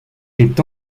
est